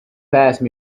passed